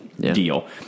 deal